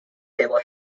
table